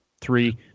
three